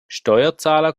steuerzahler